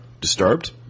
disturbed